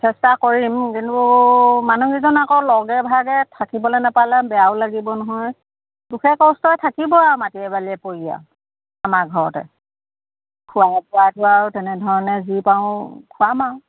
চেষ্টা কৰিম কিন্তু মানুহকেইজন আকৌ লগে ভাগে থাকিবলৈ নাপালে বেয়াও লাগিব নহয় দুখে কষ্টই থাকিব আৰু মাটিয়ে বালিয়ে পৰি আৰু আমাৰ ঘৰতে খোৱাই বোৱাইতো আৰু তেনেধৰণে যি পাৰো খুৱাম আৰু